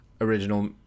original